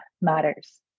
matters